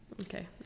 Okay